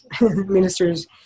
Ministers